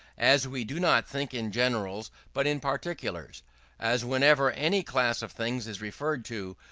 as we do not think in generals but in particulars as, whenever any class of things is referred to,